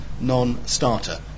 non-starter